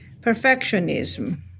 Perfectionism